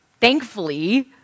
Thankfully